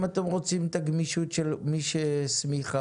אם אתם רוצים את הגמישות של "מי שהסמיכה".